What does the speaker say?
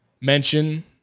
mention